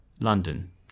London